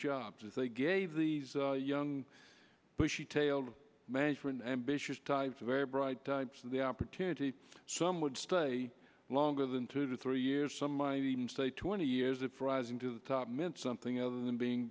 if they gave these young bushy tailed management ambitious types very bright the opportunity some would stay longer than two to three years some might even say twenty years if rising to the top meant something other than being